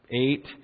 eight